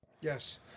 Yes